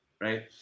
right